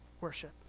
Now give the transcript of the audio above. worship